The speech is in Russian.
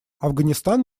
афганистан